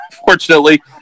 Unfortunately